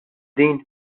din